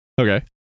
Okay